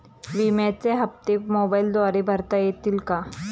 विम्याचे हप्ते मोबाइलद्वारे भरता येतील का?